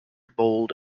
bold